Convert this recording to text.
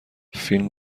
فیلم